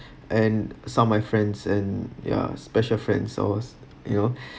and some of my friends and yeah special friend I was you know